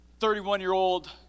31-year-old